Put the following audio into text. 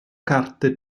carte